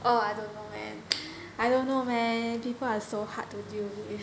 oh I don't know man I don't know man people are so hard to deal with